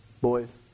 boys